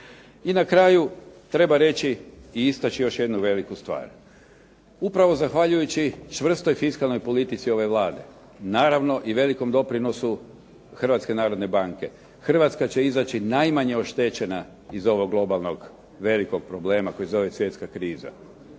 I na kraju treba reći i istači još jednu veliku stvar. Upravo zahvaljujući čvrstoj fiskalnoj politici ove Vlade, naravno i velikom doprinosu Hrvatske narodne banke, Hrvatska će izaći najmanje oštećena iz ovog globalnog velikog problema koji se zove svjetska kriza